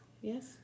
Yes